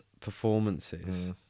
performances